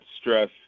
stress